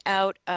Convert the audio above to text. out